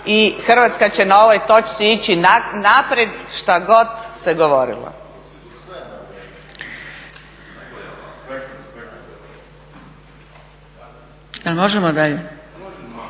i Hrvatska će na ovoj točci ići naprijed šta god se govorilo.